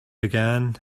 began